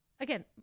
Again